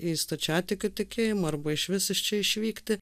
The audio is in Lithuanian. į stačiatikių tikėjimą arba išvis iš čia išvykti